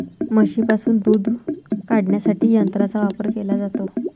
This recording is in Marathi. म्हशींपासून दूध काढण्यासाठी यंत्रांचा वापर केला जातो